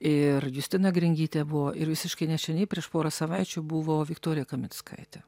ir justina gringytė buvo ir visiškai nešeniai prieš porą savaičių buvo viktorija kaminskaitė